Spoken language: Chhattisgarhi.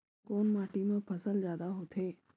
कोन माटी मा फसल जादा होथे?